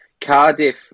Cardiff